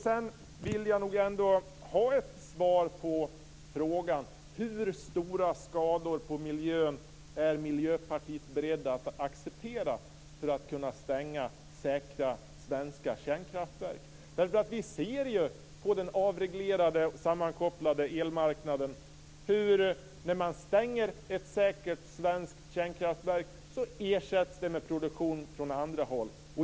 Jag vill nog ändå ha ett svar på frågan om hur stora skador på miljön Miljöpartiet är berett att acceptera för att kunna stänga säkra svenska kärnkraftverk. Vi ser ju på den avreglerade sammankopplade elmarknaden att när man stänger ett säkert svenskt kärnkraftverk ersätts den med produktion från andra håll.